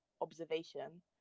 observation